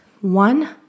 one